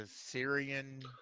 Syrian